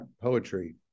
poetry